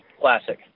Classic